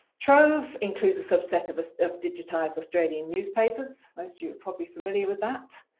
trove includes a subset of ah of digitized australian newspapers, most you've probably familiar with that.